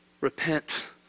repent